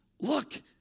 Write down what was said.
Look